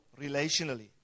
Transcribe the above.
relationally